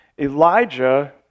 elijah